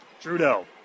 Trudeau